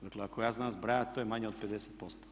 Dakle, ako ja znam zbrajati to je manje od 50%